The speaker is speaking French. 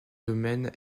domaine